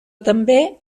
també